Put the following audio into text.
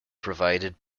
provided